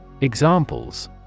Examples